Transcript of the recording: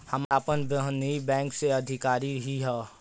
हमार आपन बहिनीई बैक में अधिकारी हिअ